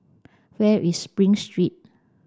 where is Spring Street